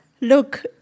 Look